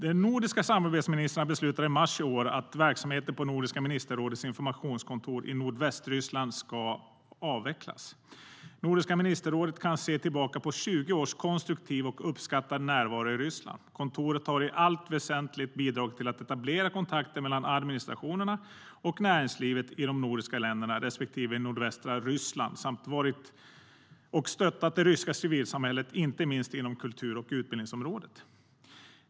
De nordiska samarbetsministrarna beslutade i mars i år att verksamheten på Nordiska ministerrådets informationskontor i Nordvästryssland ska avvecklas. Nordiska ministerrådet kan se tillbaka på 20 års konstruktiv och uppskattad närvaro i Ryssland. Kontoret har i allt väsentligt bidragit till att etablera kontakter mellan administrationerna och näringslivet i de nordiska länderna respektive i nordvästra Ryssland samt stöttat det ryska civilsamhället inte minst inom kultur och utbildningsområdet.